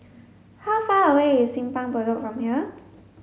how far away is Simpang Bedok from here